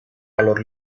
valor